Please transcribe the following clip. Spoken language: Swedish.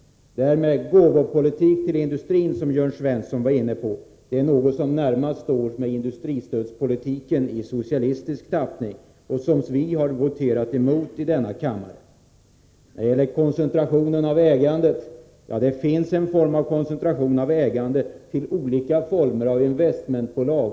Det här med gåvopolitik i förhållande till industrin som Jörn Svensson var inne på är något som närmast står i överensstämmelse med industripolitiken i socialistisk tappning och som vi har voterat emot i denna kammare. Sedan till koncentrationen av ägandet. Det finns en sorts koncentration av ägande till olika former av investmentbolag.